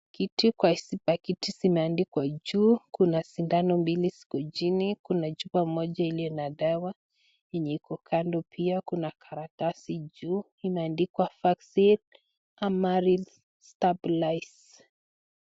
Kiti kwa hizi pakiti zimeandikwa juu, kuna sindano mbili ziko chini, kuna chupa moja iliyo na dawa yenye iko kando pia, kuna karatasi juu imeandikwa Vaccine Amaris Stabilized .